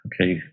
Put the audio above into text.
okay